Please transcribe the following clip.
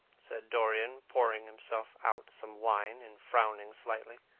said dorian, pouring himself out some wine and frowning slightly.